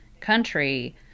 country